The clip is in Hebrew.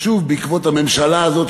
שוב בעקבות הממשלה הזאת.